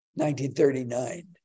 1939